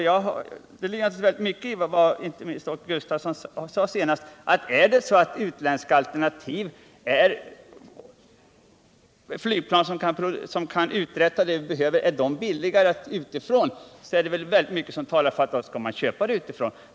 Det ligger mycket i vad Åke Gustavsson sade senast, nämligen att om utländska flygplan kan uträtta det vi behöver och dessa ställer sig billigare, så talar det för att man skall köpa dem utifrån.